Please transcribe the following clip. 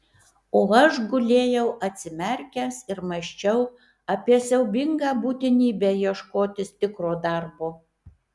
o aš gulėjau atsimerkęs ir mąsčiau apie siaubingą būtinybę ieškotis tikro darbo